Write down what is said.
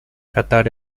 catar